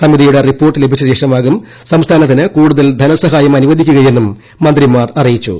സമിതിയുടെ റിപ്പോർട്ട് ലഭിച്ച ശേഷമാകും സംസ്ഥാനത്തിന് കൂടുതൽ ധനസഹായം അ നുവദിക്കുകയെന്നും മന്ത്രിമാർ അറിയിച്ചു